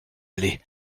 allait